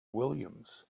williams